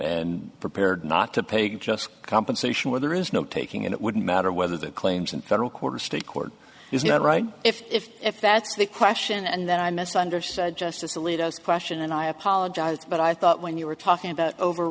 and prepared not to pay just compensation where there is no taking and it wouldn't matter whether the claims in federal court are state court is not right if that's the question and that i misunderstood justice alito question and i apologize but i thought when you were talking about over